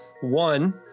One